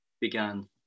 began